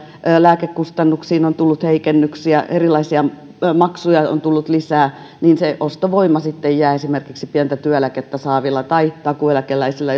lääkekustannuksiin on tullut heikennyksiä erilaisia maksuja on tullut lisää se ostovoima jää esimerkiksi pientä työeläkettä saavilla tai takuueläkeläisillä